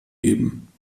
geben